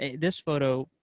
this photo,